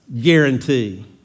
guarantee